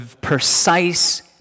precise